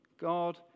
God